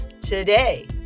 today